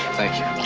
thank you.